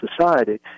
society